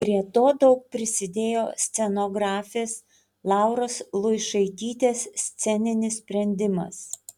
prie to daug prisidėjo scenografės lauros luišaitytės sceninis sprendimas